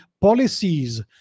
policies